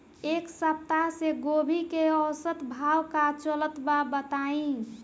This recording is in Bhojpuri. एक सप्ताह से गोभी के औसत भाव का चलत बा बताई?